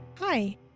Hi